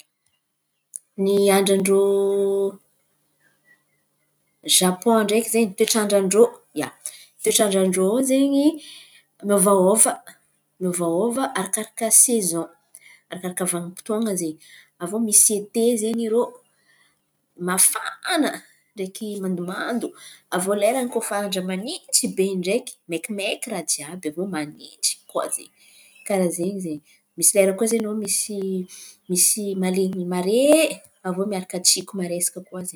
Ny andran-drô Zapôn ndraiky zen̈y toetrandran-drô, ia toetran-drô ao zen̈y miovaova. Miovaôva arakaraka saison, arakaraka vanim-potoan̈a zen̈y. Avô misy ete zen̈y irô, mafana ndraiky mandomandó. Avô lerany koa fa andra manintsy be in̈y ndraiký, maiky raha jiàby, aviô manintsy koa zen̈y, karàha zen̈y ze, aviô miaraka tsiko maresaka koa ze.